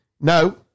No